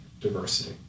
diversity